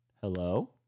Hello